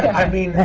i mean,